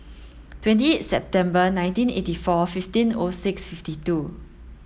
twenty eight September nineteen eighty four fifteen O six fifty two